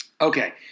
Okay